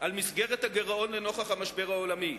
על מסגרת הגירעון לנוכח המשבר העולמי.